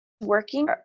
working